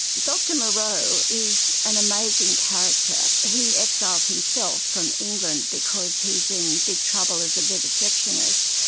dr moreau is an amazing character. he exiles himself from england because he is in big trouble as a vivisectionist,